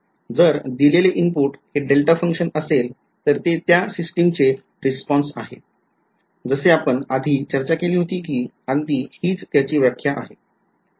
जर दिलेले इनपुट हे डेल्टा function असेल तर हे त्या सिस्टिमचे हे रिस्पॉन्स आहे जसे आपण आधी चर्चा केली होती कि अगदी हीच त्याची व्याख्या आहे